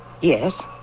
Yes